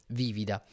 vivida